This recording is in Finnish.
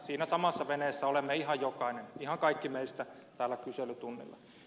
siinä samassa veneessä olemme ihan jokainen ihan kaikki meistä täällä kyselytunnilla